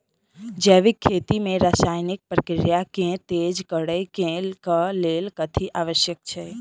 जैविक खेती मे रासायनिक प्रक्रिया केँ तेज करै केँ कऽ लेल कथी आवश्यक छै?